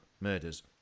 murders